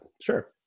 sure